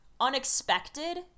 unexpected